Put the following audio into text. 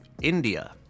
India